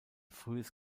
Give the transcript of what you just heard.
frühes